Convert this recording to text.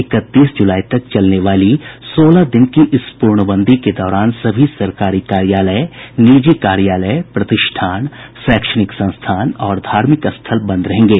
इकतीस जुलाई तक चलने वाली सोलह दिन की इस पूर्णबंदी के दौरान सभी सरकारी कार्यालय निजी कार्यालय प्रतिष्ठान शैक्षणिक संस्थान और धार्मिक स्थल बंद रहेंगे